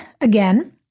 again